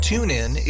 TuneIn